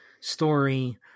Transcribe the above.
story